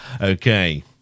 Okay